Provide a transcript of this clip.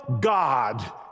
God